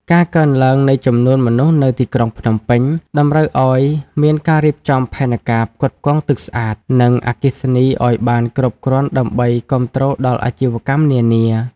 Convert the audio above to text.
ការកើនឡើងនៃចំនួនមនុស្សនៅទីក្រុងភ្នំពេញ តម្រូវឱ្យមានការរៀបចំផែនការផ្គត់ផ្គង់ទឹកស្អាត និងអគ្គិសនីឱ្យបានគ្រប់គ្រាន់ដើម្បីគាំទ្រដល់អាជីវកម្មនានា។